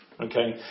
Okay